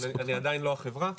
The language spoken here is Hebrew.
אני עדיין לא החברה,